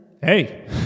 hey